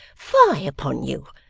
fie upon you!